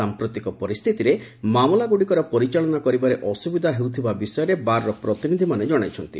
ସାମ୍ପ୍ରତିକ ପରିସ୍ଥିତିରେ ମାମଲାଗୁଡ଼ିକର ପରିଚାଳନା କରିବାରେ ଅସ୍ତ୍ରବିଧା ହେଉଥିବା ବିଷୟରେ ବାର୍ର ପ୍ରତିନିଧିମାନେ ଜଣାଇଛନ୍ତି